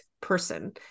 person